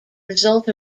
result